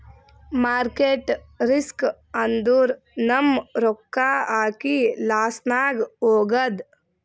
market risk ಅಂದುರ್ ನಮ್ ರೊಕ್ಕಾ ಹಾಕಿ ಲಾಸ್ನಾಗ್ ಹೋಗದ್